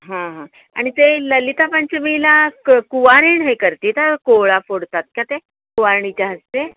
हां हां आणि ते ललिता पंचमीला क कुवारीण हे करते ता कोहळा फोडतात का ते कुवारणीच्या हस्ते